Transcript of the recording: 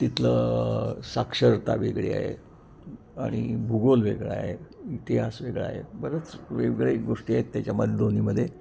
तिथलं साक्षरता वेगळी आहे आणि भूगोल वेगळा आहे इतिहास वेगळा आहे बरंच वेगवेगळ्या गोष्टी आहेत त्याच्यामध्ये दोन्हीमध्ये